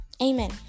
amen